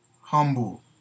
humble